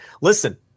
listen